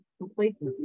complacency